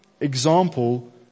example